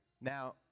Now